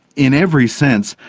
in every sense,